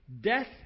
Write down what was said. Death